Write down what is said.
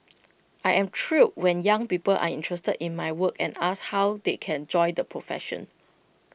I am thrilled when young people are interested in my work and ask how they can join the profession